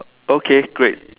okay great